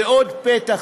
זה עוד פתח